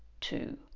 two